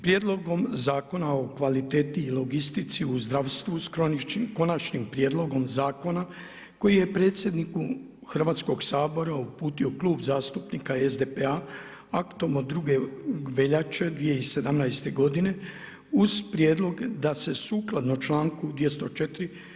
Prijedlogom zakona o kvaliteti i logistici u zdravstvu, s Konačnim prijedlogom zakona koji je predsjedniku Hrvatskoga sabora uputilo Klub zastupnika SDP-a aktom od 2. veljače 2017. godine uz prijedlog da se sukladno članku 204.